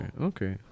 Okay